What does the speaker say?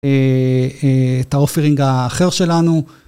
את האופרינג האחר שלנו.